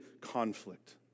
conflict